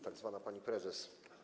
Tak zwana Pani Prezes!